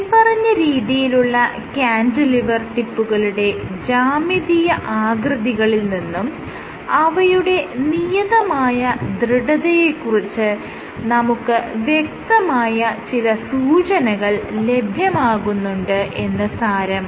മേല്പറഞ്ഞ രീതിയിലുള്ള ക്യാന്റിലിവർ ടിപ്പുകളുടെ ജ്യാമിതീയ ആകൃതികളിൽ നിന്നും അവയുടെ നിയതമായ ദൃഢതയെ കുറിച്ച് നമുക്ക് വ്യക്തമായ ചില സൂചനകൾ ലഭ്യമാകുന്നുണ്ട് എന്ന് സാരം